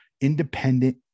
independent